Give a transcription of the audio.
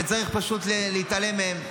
וצריך פשוט להתעלם מהם.